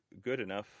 Goodenough